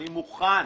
הוא מוכן.